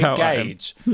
engage